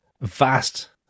vast